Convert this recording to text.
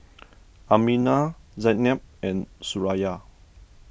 Aminah Zaynab and Suraya